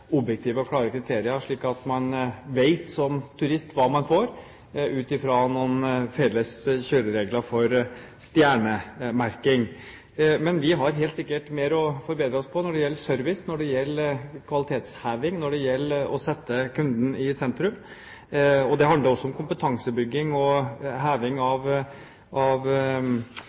objektive og klare kriterier slik at man som turist vet hva man får ut fra noen felles kjøreregler for stjernemerking. Men vi har helt sikkert mer å forbedre oss på når det gjelder service, når det gjelder kvalitetsheving, og når det gjelder å sette kunden i sentrum. Det handler også om kompetansebygging og